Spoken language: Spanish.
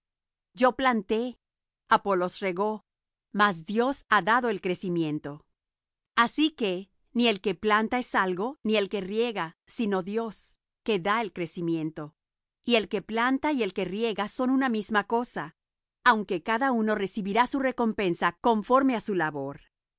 yo planté apolos regó mas dios ha dado el crecimiento así que ni el que planta es algo ni el que riega sino dios que da el crecimiento y el que planta y el que riega son una misma cosa aunque cada uno recibirá su recompensa conforme á su labor